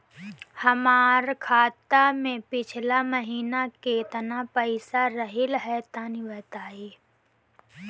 हमार खाता मे पिछला महीना केतना पईसा रहल ह तनि बताईं?